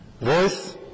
voice